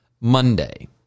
Monday